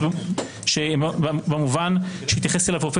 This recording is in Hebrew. יש פה שקט, ואני אתן לך.